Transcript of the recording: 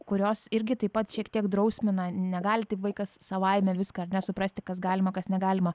kurios irgi taip pat šiek tiek drausmina negali taip vaikas savaime viską ar ne suprasti kas galima kas negalima